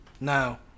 Now